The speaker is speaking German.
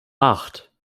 acht